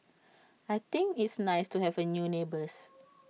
I think it's nice to have A new neighbours